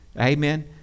amen